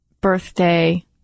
birthday